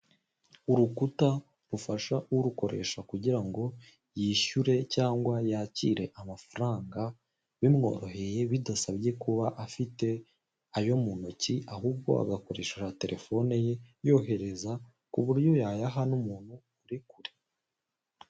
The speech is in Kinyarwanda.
Urukuta rufasha urukoresha kugira ngo yishyure cyangwa yakire amafaranga bimworoheye bidasabye kuba afite ayo mu ntoki ahubwo agakoresha na terefone ye yohereza kuburyo yayaha n'umuntu uri kure.